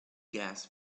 gas